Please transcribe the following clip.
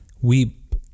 weep